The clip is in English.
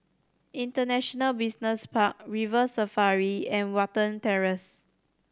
International Business Park River Safari and Watten Terrace